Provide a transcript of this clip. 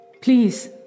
Please